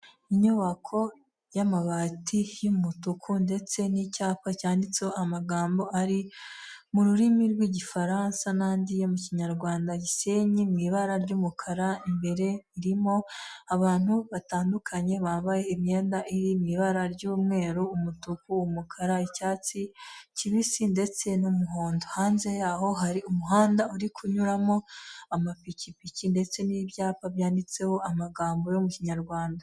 Inyubako y'amabati y'umutuku, ndetse n'icyapa cyanditseho amagambo ari mu rurimi rw'igifaransa n'andi mu kinyarwanda, Gisenyi mu ibara ry'umukara, imbere irimo abantu batandukanye bambaye imyenda iri mu ibara ry'umweru, umutuku, umukara, icyatsi kibisi, ndetse n'umuhondo, hanze yaho hari umuhanda uri kunyuramo amapikipiki ndetse n'ibyapa byanditseho amagambo yo mu kinyarwanda.